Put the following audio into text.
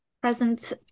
present